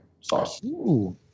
sauce